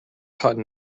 caught